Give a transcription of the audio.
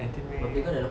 nineteen meh